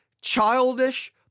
childish